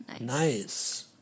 Nice